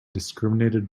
discriminated